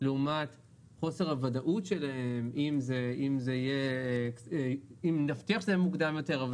לעומת חוסר הוודאות שלהם אם נבטיח שזה יהיה מוקדם יותר,